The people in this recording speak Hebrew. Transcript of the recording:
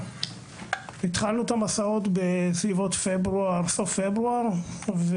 בשנת 2022. התחלנו את המסעות בסוף פברואר אבל